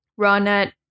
Ronette